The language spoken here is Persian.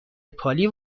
نپالی